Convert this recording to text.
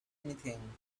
anything